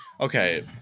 Okay